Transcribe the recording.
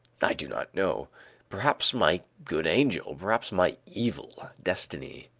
i do not know perhaps my good angel, perhaps my evil destiny.